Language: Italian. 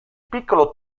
piccolo